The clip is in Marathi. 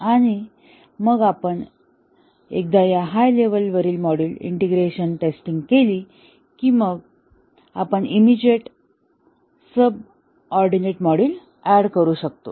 आणि मग एकदा आपण या हाय लेव्हलवरील मॉड्यूल इंटिग्रेशन टेस्टिंग केली की आपण इमीजिएट सबऑर्डिनेट मॉड्यूल ऍड करू शकतो